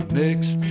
next